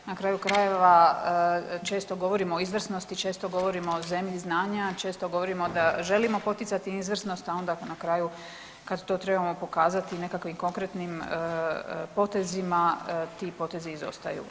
Na kraju krajeva, često govorimo o izvrsnosti, često govorimo o zemlji znanja, često govorimo da želimo poticati izvrsnost, a onda na kraju kad to trebamo pokazati nekakvim konkretnim potezima, ti potezi izostaju.